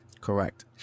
correct